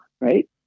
right